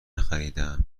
نخریدهام